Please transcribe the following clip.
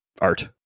art